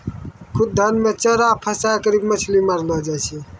खुद्दन मे चारा फसांय करी के मछली मारलो जाय छै